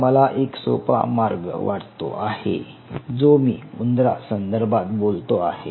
हा मला एक सोपा मार्ग वाटतो आहे जो मी उंदरांसंदर्भात बोलतो आहे